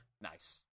nice